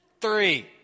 three